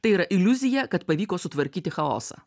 tai yra iliuzija kad pavyko sutvarkyti chaosą